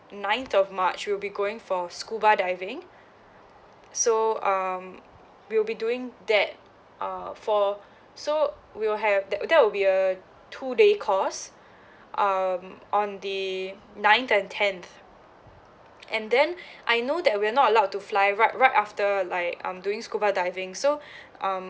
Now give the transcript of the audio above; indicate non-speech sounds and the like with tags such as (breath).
ninth of march we'll be going for scuba diving so um we'll be doing that uh for so we will have that uh that will be a two day course um on the ninth and tenth and then I know that we're not allowed to fly right right after like um doing scuba diving so (breath) um